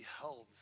held